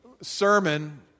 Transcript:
sermon